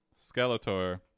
Skeletor